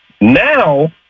Now